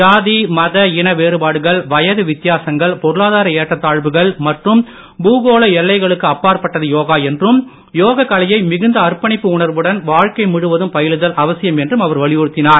ஜாதி மத இன வேறுபாடுகள் வயது வித்தியாசங்கள் பொருளாதார ஏற்றத் தாழ்வுகள் மற்றும் பூகோள எல்லைகளுக்கு அப்பாற்பட்டது யோகா என்றும் யோக கலையை மிகுந்த அர்ப்பணிப்பு உணர்வுடன் வாழ்க்கை முழுவதும் பயிலுதல் அவசியம் என்றும் அவர் வலியுறுத்தினார்